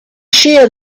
shear